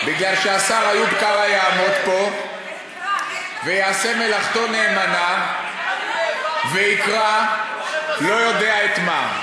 כי השר איוב קרא יעמוד פה ויעשה מלאכתו נאמנה ויקרא לא יודע את מה,